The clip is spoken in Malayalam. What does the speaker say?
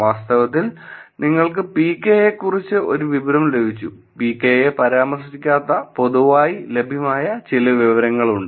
വാസ്തവത്തിൽ നിങ്ങൾക്ക് PK യെക്കുറിച്ച് ഒരു വിവരം ലഭിച്ചു പികെയെ പരാമർശിക്കാത്ത പൊതുവായി ലഭ്യമായ ചില വിവരങ്ങളുണ്ട്